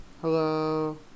Hello